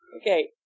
Okay